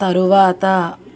తరువాత